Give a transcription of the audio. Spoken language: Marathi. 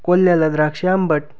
कोल्ह्याला द्राक्षे आंबट